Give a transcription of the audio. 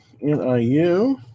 NIU